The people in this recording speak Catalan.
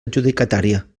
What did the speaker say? adjudicatària